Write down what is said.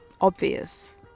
obvious